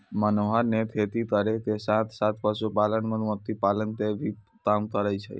मनोहर नॅ खेती करै के साथॅ साथॅ, पशुपालन, मधुमक्खी पालन के भी काम करै छै